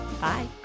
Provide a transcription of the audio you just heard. Bye